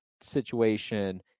situation